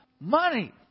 money